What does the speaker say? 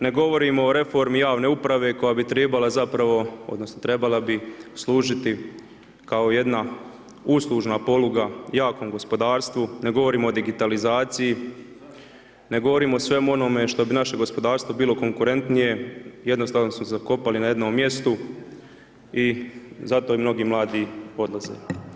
Ne govorim o reformi javne uprave koja bi trebala zapravo odnosno trebala bi služiti kao jedna uslužna poluga jakom gospodarstvu, ne govorim o digitalizaciji, ne govorim o svemu onome što bi naše gospodarstvo bilo konkurentnije, jednostavno smo zakopani na jednom mjestu i zato i mnogi mladi odlaze.